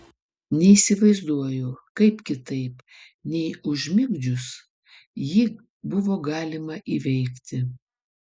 neįsivaizduoju kaip kitaip nei užmigdžius jį buvo galima įveikti